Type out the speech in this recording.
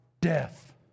death